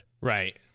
Right